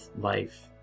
life